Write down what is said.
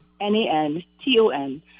N-A-N-T-O-N